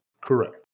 Correct